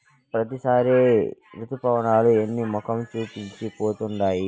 ప్రతిసారి రుతుపవనాలు ఎన్నో మొఖం చూపించి పోతుండాయి